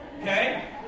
okay